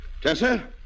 Tessa